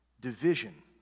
division